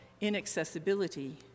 inaccessibility